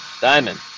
Diamond